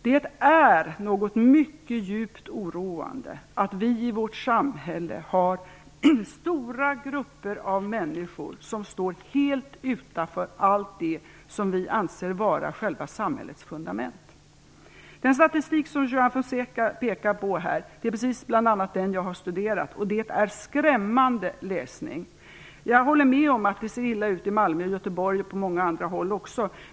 Det är mycket djupt oroande att vi i vårt samhälle har stora grupper av människor som står helt utanför allt det som vi anser vara själva samhällets fundament. Den statistik som Juan Fonseca pekar på är precis den som jag bl.a. har studerat. Det är en skrämmande läsning. Jag håller med om att det ser illa ut i Malmö, Göteborg och på många andra håll.